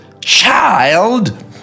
child